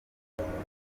muziranye